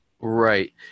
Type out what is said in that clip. Right